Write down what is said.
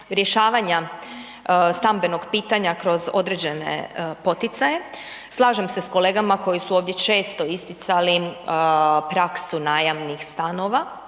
rješavanja stambenog pitanja kod određene poticaje. Slažem se sa kolegama koji su ovdje često isticali praksu najamnih stanova.